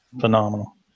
phenomenal